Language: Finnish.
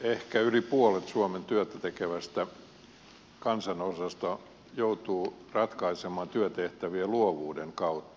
ehkä yli puolet suomen työtätekevästä kansanosasta joutuu ratkaisemaan työtehtäviä luovuuden kautta